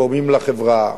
תורמים לחברה,